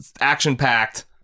Action-packed